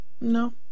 No